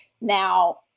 Now